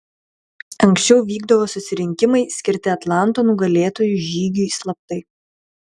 anksčiau vykdavo susirinkimai skirti atlanto nugalėtojų žygiui slaptai